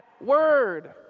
Word